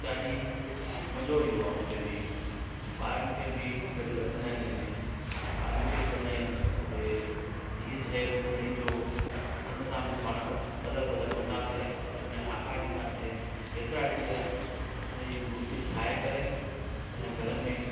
ॾाढी मज़ो ईंदो आहे उनमें बि ॿारनि खे बि गॾु रखंदा आहियूं उनमें ॿारनि खे बि चवंदा आहिंयूं के हीअं शइ बि खणी अचो उन सां बि पाण कलर वलर कंदासीं उन आकार ॾींदासीं एतिरा ॾींहं उन जी मुर्ती ठाहे करे उन घर में